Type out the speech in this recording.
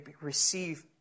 receive